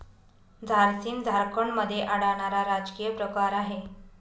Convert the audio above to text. झारसीम झारखंडमध्ये आढळणारा राजकीय प्रकार आहे